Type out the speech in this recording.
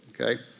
Okay